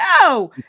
No